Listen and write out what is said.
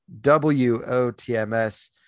wotms